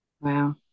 wow